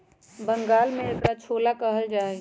बंगाल में एकरा छोला कहल जाहई